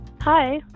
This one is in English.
Hi